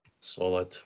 Solid